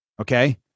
okay